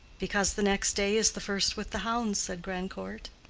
because the next day is the first with the hounds, said grandcourt.